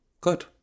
Good